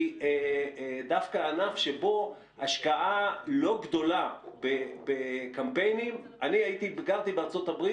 היא דווקא ענף שבו השקעה לא גדולה בקמפיינים אני גרתי בארה"ב,